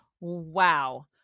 Wow